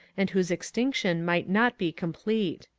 and whose extinction might not be complete.